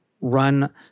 run